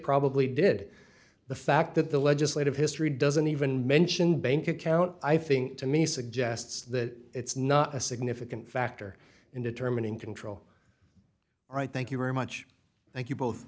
probably did the fact that the legislative history doesn't even mention bank account i think to me suggests that it's not a significant factor in determining control right thank you very much thank you both